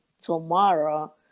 tomorrow